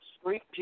Street